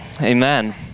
Amen